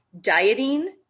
dieting